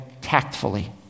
tactfully